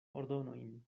ordonojn